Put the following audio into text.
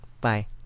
Bye